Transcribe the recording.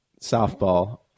softball